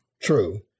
True